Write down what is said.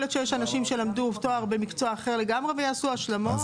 להיות שיש אנשים שלמדו תואר במקצוע אחר לגמרי ויעשו השלמות.